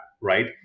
right